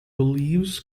believes